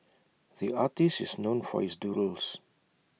the artist is known for his doodles